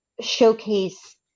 showcase